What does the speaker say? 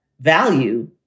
value